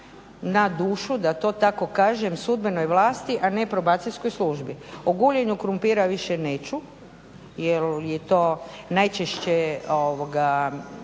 na dušu da to tako kažem sudbenoj vlasti, a ne Probacijskoj službi. O guljenju krumpira više neću jer je to najčešći